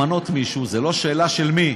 צריך למנות מישהו, זה לא שאלה של מי,